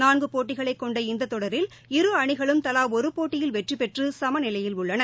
நான்கு போட்டிகளைக் கொண்ட இந்த தொடரில் இரு அணிகளும் தலா ஒரு போட்டியில் வெற்றிபெற்று சமநிலையில் உள்ளன